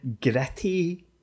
gritty